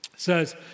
says